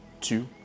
two